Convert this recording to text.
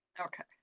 okay